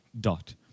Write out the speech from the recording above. dot